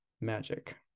magic